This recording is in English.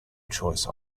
choice